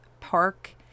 Park